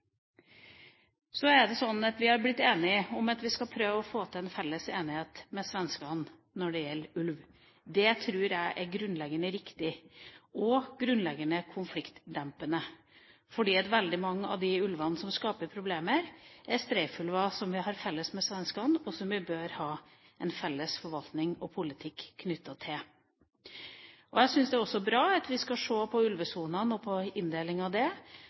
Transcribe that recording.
Så er det sånn at vi har blitt enige om at vi skal prøve å få til en felles enighet med svenskene når det gjelder ulv. Det tror jeg er grunnleggende riktig og grunnleggende konfliktdempende, fordi veldig mange av de ulvene som skaper problemer, er streifulver som vi har felles med svenskene, og som vi bør ha en felles forvaltning og politikk med. Jeg synes det også er bra at vi skal se på ulvesonene og på inndelingen av